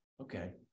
okay